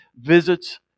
visits